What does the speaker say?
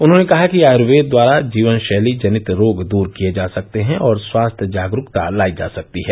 उन्होंने कहा कि आयर्वेद द्वारा जीवन शैली जनित रोग दूर किये जा सकते हैं और स्वास्थ्य जागरूकता लाई जा सकती है